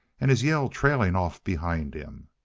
and his yell trailing off behind him.